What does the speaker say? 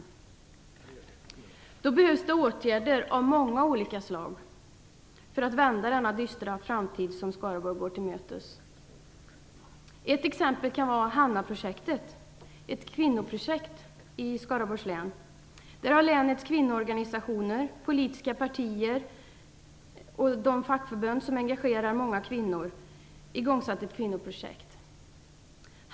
För att ändra på den dystra framtid som Skaraborg går till mötes behövs det åtgärder av många olika slag. Ett exempel kan vara Hannaprojektet, ett kvinnoprojekt i Skaraborgs län. Länets kvinnoorganisationer, politiska partier och de fackförbund som engagerar många kvinnor har nu satt i gång ett kvinnoprojekt.